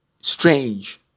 strange